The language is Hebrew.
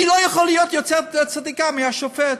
היא לא יכולה להיות יותר צדיקה מהשופט.